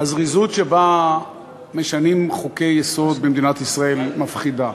הזריזות שבה משנים חוקי-יסוד במדינת ישראל היא מפחידה.